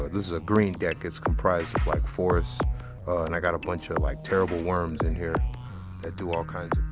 ah this is a green deck. it's comprised of like forest and i got a bunch ah of like terrible worms in here that do all kinds